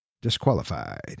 Disqualified